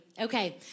Okay